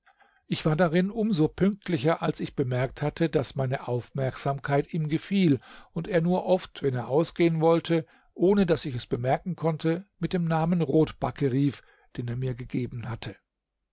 ich war darin um so pünktlicher als ich bemerkt hatte daß meine aufmerksamkeit ihm gefiel und er nur oft wenn er ausgehen wollte ohne daß ich es bemerken konnte mit dem namen rotbacke rief den er mir gegeben hatte